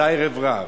זה הערב רב.